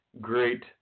great